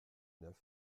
neuf